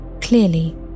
clearly